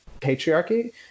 patriarchy